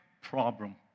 problem